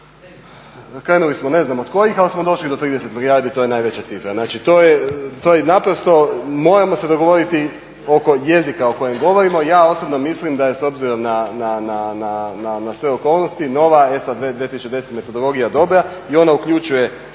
krenuli smo ne znam od kojih ali smo došli do 30 milijardi, to je najveća cifra. Znači to je, to je naprosto moramo se dogovoriti oko jezika o kojem govorimo a ja osobno mislim da je s obzirom na sve okolnosti nova ESA 2010. metodologija dobra i ona uključuje